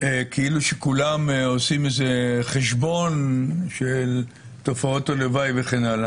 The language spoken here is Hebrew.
כאילו שכולם עושים איזה חשבון של תופעות הלוואי וכן הלאה.